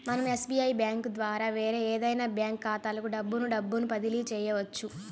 మనం SBI bank ద్వారా వేరే ఏదైనా బ్యాంక్ ఖాతాలకు డబ్బును డబ్బును బదిలీ చెయ్యొచ్చు